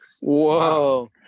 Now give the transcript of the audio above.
Whoa